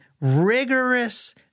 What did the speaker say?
rigorous